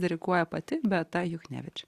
diriguoja pati beata juchnevič